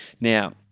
Now